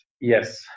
Yes